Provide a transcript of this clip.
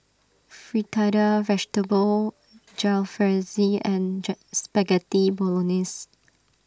Fritada Vegetable Jalfrezi and jar Spaghetti Bolognese